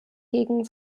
gegen